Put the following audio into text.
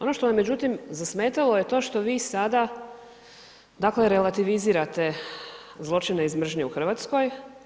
Ono što me međutim, zasmetalo je to što vi sada dakle relativizirate zločine iz mržnje u Hrvatskoj.